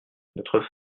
notre